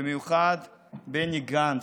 במיוחד בני גנץ.